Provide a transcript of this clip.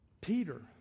Peter